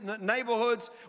neighborhoods